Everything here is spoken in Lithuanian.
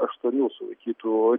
aštuonių sulaikytų